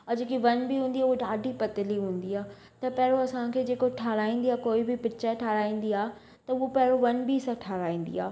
ऐं जेकी वन बी हूंदी आहे उहा ॾाढी पतली हूंदी आहे त पहिरियों असांखे जेको ठाराहींदी आहे कोई बि पिचर ठाराहींदी आहे त उहा पहिरियों वन बी सां ठाराहींदी आहे